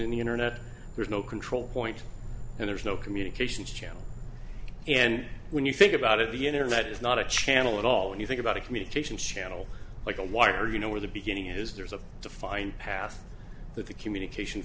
in the internet there's no control point and there's no communications channel and when you think about it the internet is not a channel at all when you think about a communications channel like a wire you know where the beginning is there's a defined path that the communication